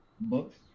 books